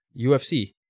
UFC